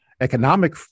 economic